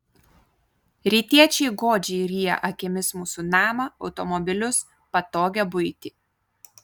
rytiečiai godžiai ryja akimis mūsų namą automobilius patogią buitį